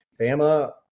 Bama